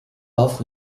offre